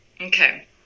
okay